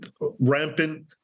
rampant